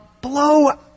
Blow